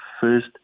first